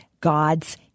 God's